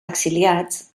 exiliats